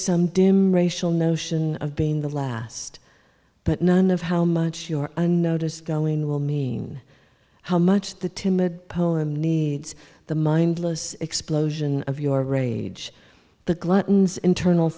some dim racial notion of being the last but none of how much your unnoticed going will mean how much the timid poem needs the mindless explosion of your rage the gluttons internal